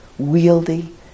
wieldy